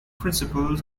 principles